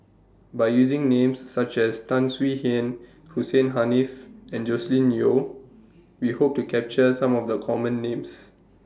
By using Names such as Tan Swie Hian Hussein Haniff and Joscelin Yeo We Hope to capture Some of The Common Names